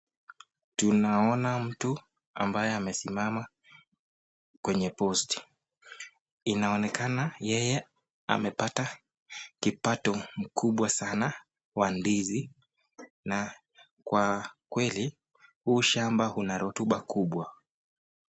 Tunaona mtu ambaye amesimama kwenye posti. Inaonekana yeye amepata kipato mkubwa sana wa ndizi na kwa kweli huu shamba una rotuba kubwa.